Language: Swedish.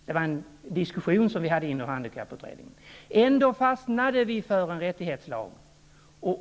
Det var en diskussion som vi förde inom utredningen, men ändå fastnade vi för en rättighetslag.